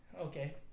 okay